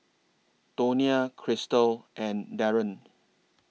Tonia Krystal and Darren